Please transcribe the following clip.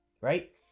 Right